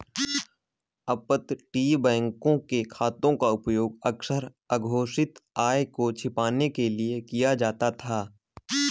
अपतटीय बैंकों के खातों का उपयोग अक्सर अघोषित आय को छिपाने के लिए किया जाता था